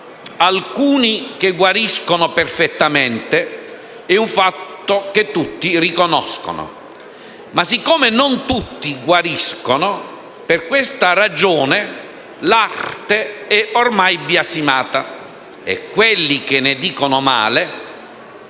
alcuni che guariscono perfettamente è un fatto che tutti riconoscono; ma siccome non tutti guariscono, per questa ragione l'Arte è ormai biasimata, e quelli che ne dicono male,